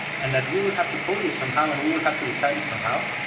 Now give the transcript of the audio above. and that we will have to code it somehow and we will have to decide it somehow.